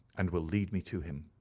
and will lead me to him.